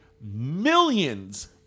millions